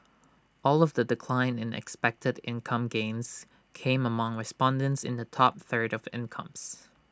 all of the decline in expected income gains came among respondents in the top third of the incomes